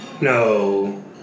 No